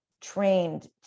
Trained